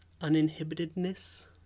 uninhibitedness